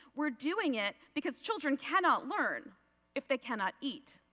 we are doing it because children cannot learn if they cannot eat.